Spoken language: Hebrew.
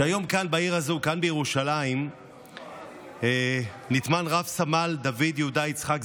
שהיום כאן בעיר הזאת בירושלים נטמן רב-סמל דוד יהודה יצחק,